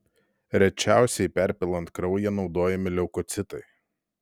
rečiausiai perpilant kraują naudojami leukocitai